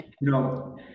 No